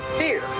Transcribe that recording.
fear